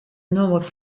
nombre